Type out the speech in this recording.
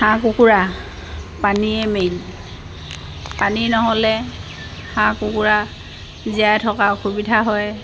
হাঁহ কুকুৰা পানীয়ে মেইন পানী নহ'লে হাঁহ কুকুৰা জীয়াই থকা অসুবিধা হয়